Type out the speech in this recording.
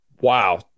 Wow